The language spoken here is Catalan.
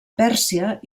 pèrsia